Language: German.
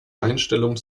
einstellung